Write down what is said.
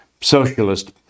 socialist